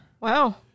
wow